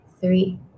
three